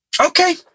Okay